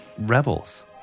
Rebels